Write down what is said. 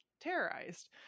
terrorized